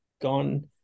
gone